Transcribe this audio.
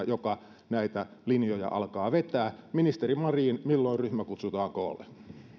joka näitä linjoja alkaa vetää ministeri marin milloin ryhmä kutsutaan koolle